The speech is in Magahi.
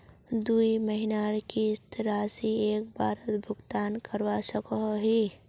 दुई महीनार किस्त राशि एक बारोत भुगतान करवा सकोहो ही?